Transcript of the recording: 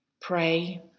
pray